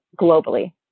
globally